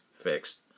fixed